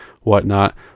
whatnot